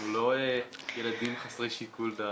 אנחנו לא ילדים חסרי שיקול דעת.